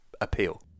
appeal